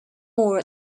more